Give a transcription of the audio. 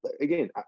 again